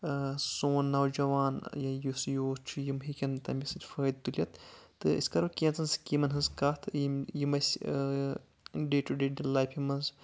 سون نوجوان یُس یوٗتھ چھُ یِم ہٮ۪کان تٔمہِ سۭتۍ فٲیدٕ تُلِتھ تہٕ أسۍ کَرو کیٚنٛژن سِکیٖمَن ہٕنٛز کَتھ یِم یِم أسۍ ڈے ٹو ڈے لایفہِ منٛز